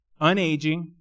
unaging